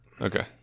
Okay